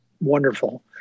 wonderful